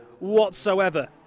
whatsoever